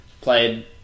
played